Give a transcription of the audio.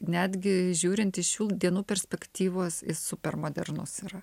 netgi žiūrint iš šių dienų perspektyvos jis supermodernus yra